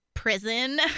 prison